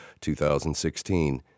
2016